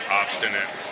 obstinate